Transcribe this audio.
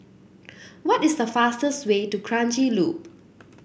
what is the fastest way to Kranji Loop